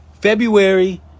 February